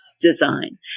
design